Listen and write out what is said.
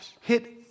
hit